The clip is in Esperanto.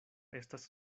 estas